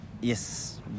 yes